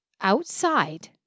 outside